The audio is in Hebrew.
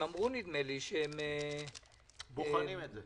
נדמה לי שהם אמרו שהם ---- בוחנים את זה.